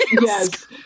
Yes